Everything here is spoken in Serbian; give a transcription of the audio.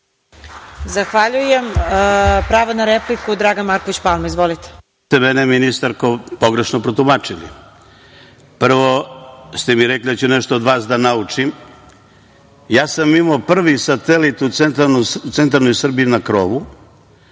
Zahvaljujem. Pravo na repliku Dragan Marković Palma. Izvolite. **Dragan D. Marković** Vi ste mene, ministarko, pogrešno protumačili. Prvo ste mi rekli da ću nešto od vas da naučim. Ja sam imao prvi satelit u centralnoj Srbiji na krovu,